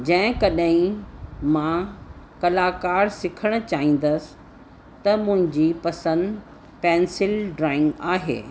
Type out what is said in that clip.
जंहिं कॾहिं मां कलाकार सिखण चाहींदसि त मुंहिंजी पसंदि पैंसिल ड्रॉइंग आहे